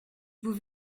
vous